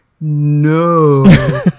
no